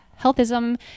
Healthism